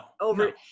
over